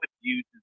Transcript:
use